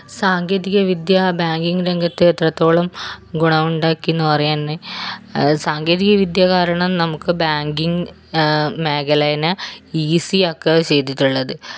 സാങ്കേതികവിദ്യ ബാങ്കിംഗ് രംഗത്ത് എത്രത്തോളം ഗുണമുണ്ടാക്കിയെന്നു പറയാന്ന് സാങ്കേതികവിദ്യ കാരണം നമുക്ക് ബാങ്കിംഗ് മേഖലേനെ ഈസി ആക്കാ ചെയ്തിട്ടുള്ളത്